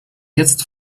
jetzt